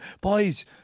boys